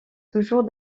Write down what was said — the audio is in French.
toujours